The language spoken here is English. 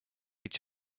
each